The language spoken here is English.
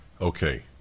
Okay